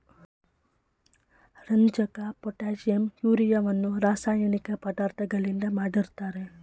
ರಂಜಕ, ಪೊಟ್ಯಾಷಿಂ, ಯೂರಿಯವನ್ನು ರಾಸಾಯನಿಕ ಪದಾರ್ಥಗಳಿಂದ ಮಾಡಿರ್ತರೆ